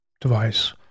device